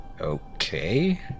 Okay